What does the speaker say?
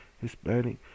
Hispanic